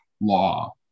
law